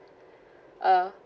uh